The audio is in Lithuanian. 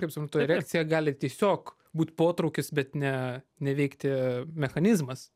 kaip suprantu erekcija gali tiesiog būt potraukis bet ne neveikti mechanizmas